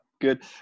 good